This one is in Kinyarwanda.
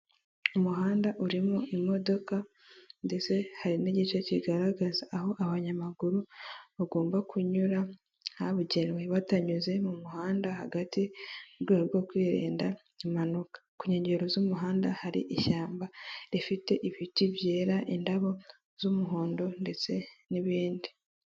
Umuhanda urimo imodoka ndetse hari n'igice kigaragaza aho abanyamaguru bagomba kunyura habugenewe batanyuze mu muhanda hagati, mu rwego rwo kwirinda impanuka. Ku nkengero z'umuhanda hari ishyamba rifite ibiti byera indabo z'umuhondo ndetse n'ibindi.